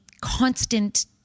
constant